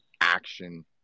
action